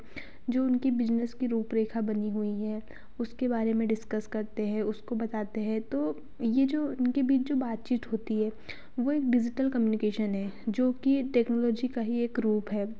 जो उनकी बिज़नस की रूप रेखा बनी हुई हैं उसके बारे में डिस्कस करते हैं उसके बताते हैं तो यह जो उनके बीच जो बात चीत होती है वह एक डिजिटल कम्यूनिकेशन है जो कि यह टेक्नोलॉजी का ही एक रूप है